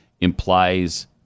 implies